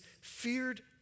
feared